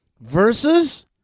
versus